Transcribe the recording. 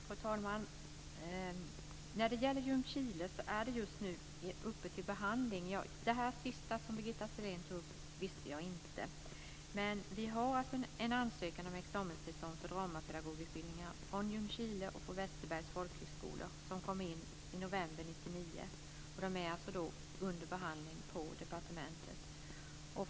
Fru talman! När det gäller Ljungskile är frågan just uppe till behandling. Det sista som Birgitta Sellén tog upp visste jag inte. Vi har ansökningar om examenstillstånd för dramapedagogutbildningar från Ljungskile och Västerbergs folkhögskolor som kom in i november 1999. De är alltså under behandling på departementet.